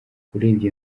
urebye